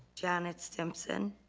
janet stimsom,